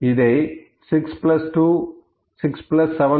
ஆனால் 672 6